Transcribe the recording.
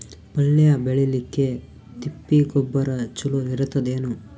ಪಲ್ಯ ಬೇಳಿಲಿಕ್ಕೆ ತಿಪ್ಪಿ ಗೊಬ್ಬರ ಚಲೋ ಇರತದೇನು?